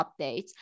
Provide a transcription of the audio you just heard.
updates